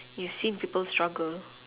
you see people struggle